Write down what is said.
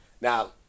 Now